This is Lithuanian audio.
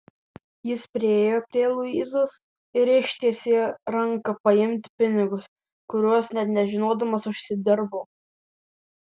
jis priėjo prie luizos ir ištiesė ranką paimti pinigus kuriuos net nežinodamas užsidirbo